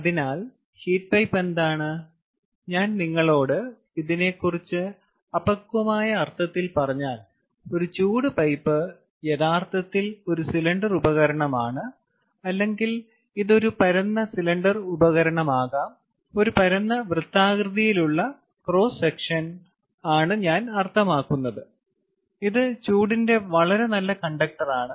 അതിനാൽ heat pipe എന്താണ് ഞാൻ നിങ്ങളോട് ഇതിനെക്കുറിച്ച് അപക്വമായ അർത്ഥത്തിൽ പറഞ്ഞാൽ ഒരു ചൂട് പൈപ്പ് യഥാർത്ഥത്തിൽ ഒരു സിലിണ്ടർ ഉപകരണമാണ് അല്ലെങ്കിൽ ഇത് ഒരു പരന്ന സിലിണ്ടർ ഉപകരണമാകാം ഒരു പരന്ന വൃത്താകൃതിയിലുള്ള ക്രോസ് സെക്ഷൻ ആണ് ഞാൻ അർത്ഥമാക്കുന്നത് ഇത് ചൂടിൻറെ വളരെ നല്ല കണ്ടക്ടറാണ്